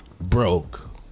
Broke